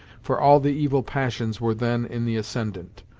for all the evil passions were then in the ascendant.